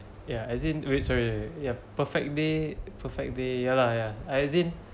ya as in wait sorry sorry sorry yup your perfect day perfect day ya lah ya as in